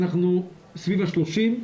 אנחנו סביב ה-30,